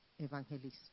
evangelismo